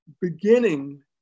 beginning